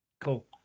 Cool